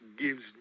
gives